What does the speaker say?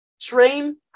train